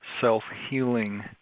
self-healing